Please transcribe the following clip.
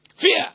Fear